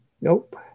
Nope